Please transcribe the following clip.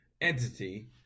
entity